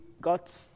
got